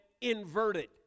inverted